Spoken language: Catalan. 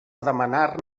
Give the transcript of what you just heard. demanar